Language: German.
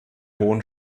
hohen